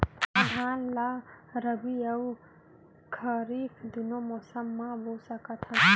का धान ला रबि अऊ खरीफ दूनो मौसम मा बो सकत हन?